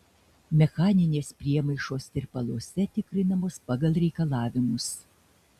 mechaninės priemaišos tirpaluose tikrinamos pagal reikalavimus